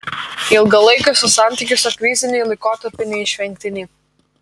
ilgalaikiuose santykiuose kriziniai laikotarpiai neišvengtini